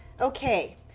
Okay